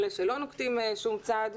אלה דלא נוקטים שום צעד.